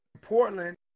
Portland